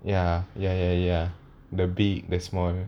ya ya ya ya the big the small